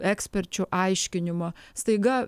eksperčių aiškinimo staiga